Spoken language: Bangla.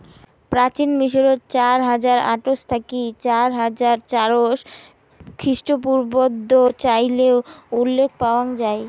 প্রাচীন মিশরত চার হাজার আটশ থাকি চার হাজার চারশ খ্রিস্টপূর্বাব্দ চইলের উল্লেখ পাওয়াং যাই